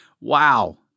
Wow